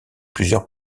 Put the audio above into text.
plusieurs